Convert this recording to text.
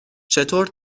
چطور